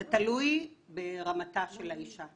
זה תלוי ברמתה של האישה.